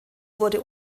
wurde